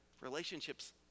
Relationships